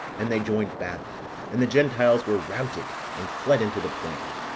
and they joined battle and the gentiles were routed, and fled into the plain.